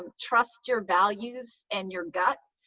um trust your values and your gut,